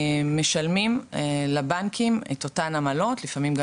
משלמים לבנקים את אותן עמלות ולפעמים גם